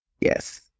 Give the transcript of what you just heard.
Yes